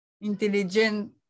intelligent